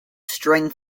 string